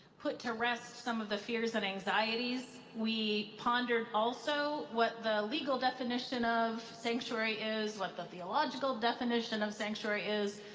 put to rest some of the fears and anxieties. we pondered also what the legal definition of sanctuary is, what the theological definition of sanctuary is,